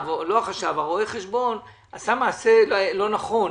רואה החשבון עשה מעשה לא נכון,